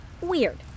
Weird